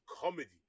comedy